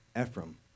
Ephraim